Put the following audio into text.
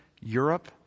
Europe